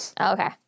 Okay